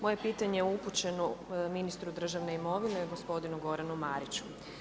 Moje pitanje je upućeno ministru državne imovine, gospodinu Goranu Mariću.